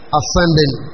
ascending